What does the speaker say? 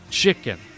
chicken